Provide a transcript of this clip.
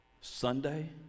Sunday